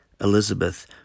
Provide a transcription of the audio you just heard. Elizabeth